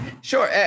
Sure